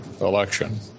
election